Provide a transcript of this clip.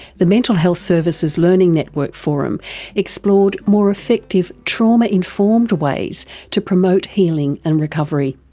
the mental health services learning network forum explored more effective trauma-informed ways to promote healing and recovery.